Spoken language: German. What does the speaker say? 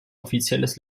offizielles